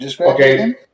Okay